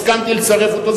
הסכמתי לצרף אותו.